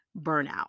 burnout